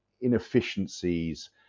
inefficiencies